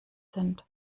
sind